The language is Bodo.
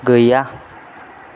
गैया